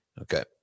Okay